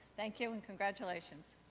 thank you, and congratulations.